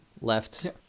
left